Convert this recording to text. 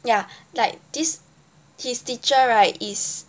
ya like this this teacher right is